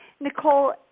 Nicole